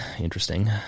Interesting